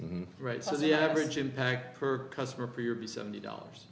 e right so the average impact per customer for your be seventy dollars